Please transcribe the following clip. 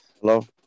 Hello